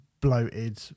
bloated